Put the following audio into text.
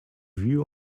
view